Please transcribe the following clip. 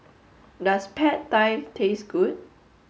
does Pad Thai taste good